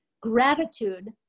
gratitude